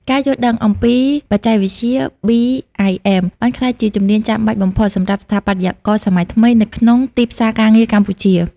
ការយល់ដឹងអំពីបច្ចេកវិទ្យា BIM បានក្លាយជាជំនាញចាំបាច់បំផុតសម្រាប់ស្ថាបត្យករសម័យថ្មីនៅក្នុងទីផ្សារការងារកម្ពុជា។